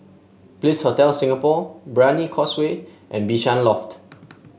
Bliss Hotel Singapore Brani Causeway and Bishan Loft